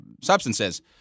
substances